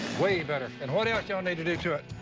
way better. and what else y'all need to do to it?